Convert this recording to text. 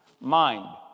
Mind